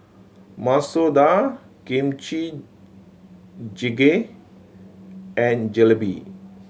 Masoor Dal Kimchi Jjigae and Jalebi